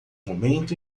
momento